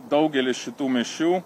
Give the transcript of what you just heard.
daugelis šitų mišių